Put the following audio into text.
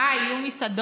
מה, יהיו מסעדות?